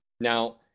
Now